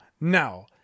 Now